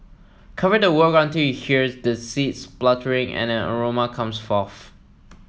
cover the wok until you hear the seeds spluttering and an aroma comes forth